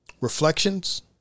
reflections